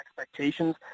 expectations